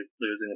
losing